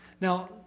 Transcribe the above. Now